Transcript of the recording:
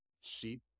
Sheep